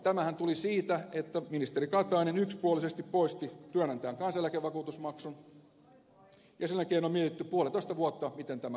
tämähän tuli siitä että ministeri katainen yksipuolisesti poisti työnantajan kansaneläkevakuutusmaksun ja sen jälkeen on mietitty puolitoista vuotta miten tämä korvataan